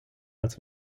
als